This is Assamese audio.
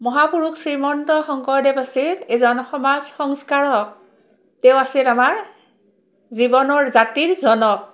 মহাপুৰুষ শ্ৰীমন্ত শংকৰদেৱ আছিল এজন সমাজ সংস্কাৰক তেওঁ আছিল আমাৰ জীৱনৰ জাতিৰ জনক